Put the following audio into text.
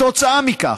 כתוצאה מכך,